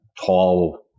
tall